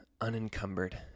unencumbered